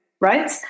right